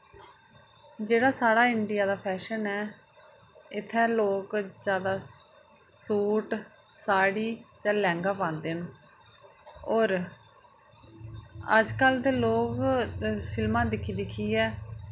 जेह्ड़ा साढ़ा इंडिया दा फैशन ऐ इत्थै लोक जैदा सूट साह्ड़ी जां लैंह्गा पांदे न और अजकल ते लोक फिल्मां दिक्खी दिक्खियै